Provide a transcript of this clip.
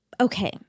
Okay